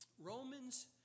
Romans